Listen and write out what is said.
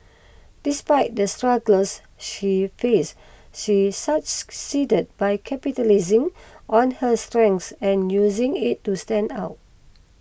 despite the struggles she faced she succeeded by capitalising on her strengths and using it to stand out